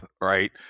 right